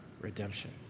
redemption